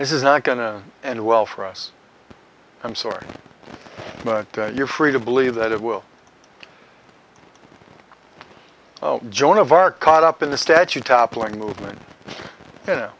this is not going to end well for us i'm sorry but you're free to believe that it will joan of arc caught up in the statue toppling movement you know